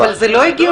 אבל זה לא הגיוני.